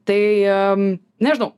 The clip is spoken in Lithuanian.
tai nežinau